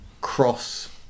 cross